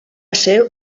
ser